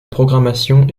programmation